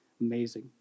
amazing